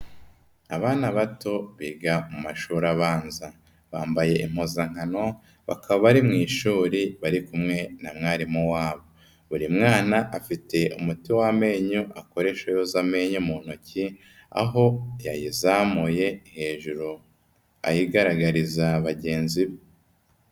Abana bato biga mu mashuri abanza, bambaye impuzankano bakaba bari mu ishuri bari kumwe na mwarimu wabo. Buri mwana afite umuti w'amenyo akoresha yoza amenyo mu ntoki, aho yayizamuye hejuru ayigaragariza bagenzi be.